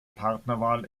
partnerwahl